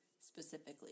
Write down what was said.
specifically